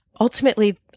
ultimately